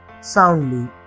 soundly